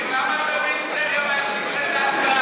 אופיר, למה אתה בהיסטריה מסקרי דעת קהל?